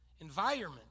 environment